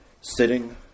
sitting